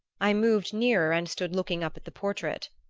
i moved nearer and stood looking up at the portrait.